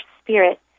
spirit